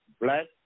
black